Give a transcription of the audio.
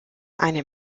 eine